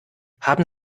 haben